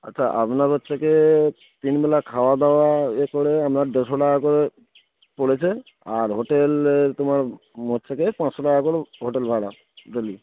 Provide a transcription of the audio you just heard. আচ্ছা আপনার হচ্ছে গিয়ে তিন বেলা খাওয়া দাওয়া ইয়ে করে আপনার দেড়শো টাকা করে পড়েছে আর হোটেল তোমার হচ্ছে গিয়ে পাঁচশো টাকা করে হোটেল ভাড়া ডেলি